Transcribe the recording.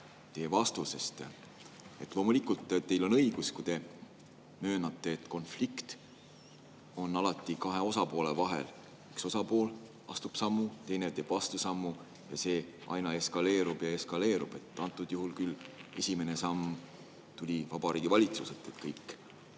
teie vastusest. Loomulikult, teil on õigus, kui te möönate, et konflikt on alati kahe osapoole vahel: üks osapool astub sammu, teine teeb vastusammu ja see aina eskaleerub ja eskaleerub. Antud juhul küll esimene samm tuli Vabariigi Valitsuselt, kõik